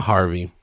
Harvey